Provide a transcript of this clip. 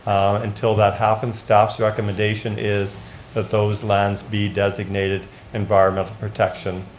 until that happens, staff's recommendation is that those lands be designated environment protection,